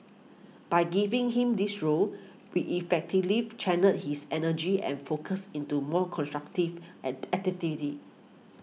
by giving him this role we effectively channelled his energy and focus into more constructive at activities